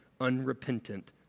unrepentant